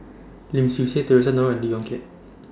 Lim Swee Say Theresa Noronha and Lee Yong Kiat